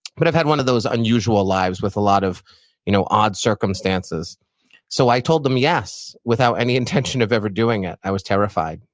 but i've had one of those unusual lives with a lot of you know odd circumstances so i told them yes, without any intention of ever doing doing it. i was terrified.